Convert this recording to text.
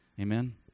Amen